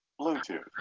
Bluetooth